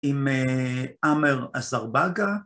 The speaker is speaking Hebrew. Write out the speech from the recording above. ‫עם עמאר אזברגה